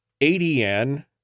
ADN